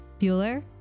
Bueller